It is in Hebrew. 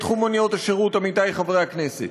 עמיתי חברי הכנסת,